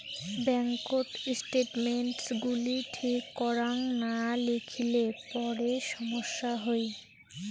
ব্যাঙ্ককোত স্টেটমেন্টস গুলি ঠিক করাং না লিখিলে পরে সমস্যা হই